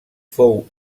fou